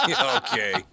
Okay